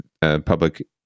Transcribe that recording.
public